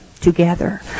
together